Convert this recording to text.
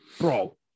Bro